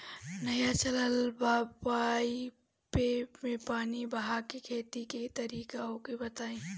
नया चलल बा पाईपे मै पानी बहाके खेती के तरीका ओके बताई?